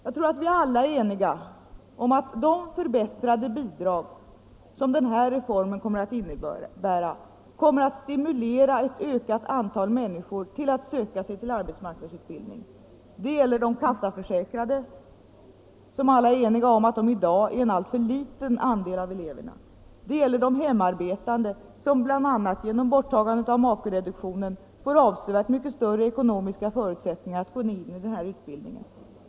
Jag tror att vi alla är eniga om att de förbättrade bidrag som den här reformen innebär kommer att stimulera ett ökat antal människor till att söka sig till arbetsmarknadsutbildning. Det gäller de kassaförsäkrade; alla är i dag överens om att de utgör en alltför liten del av eleverna. Det gäller de hemarbetande, som bl.a. genom borttagande av makereduktionen får avsevärt mycket större ekonomiska förutsättningar att gå in i denna utbildning.